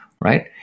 right